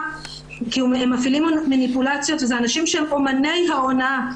כי הם מפעילים מניפולציות ואלה אנשים שהם אומני ההונאה.